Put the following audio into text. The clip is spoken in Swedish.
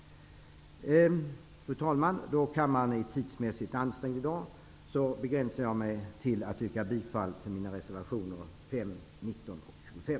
Fru talman! Då kammaren är tidsmässigt ansträngd i dag begränsar jag mig till att yrka bifall till mina reservationer 5, 19 och 25.